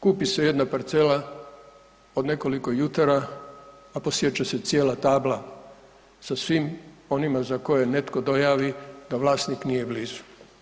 Kupi se jedna parcela od nekoliko jutara, a posječe se cijela tabla sa svim onima za koje netko dojavi da vlasnik nije blizu.